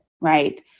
right